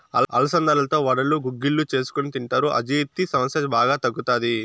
అలసందలతో వడలు, గుగ్గిళ్ళు చేసుకొని తింటారు, అజీర్తి సమస్య బాగా తగ్గుతాది